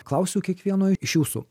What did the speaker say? klausiu kiekvieno iš jūsų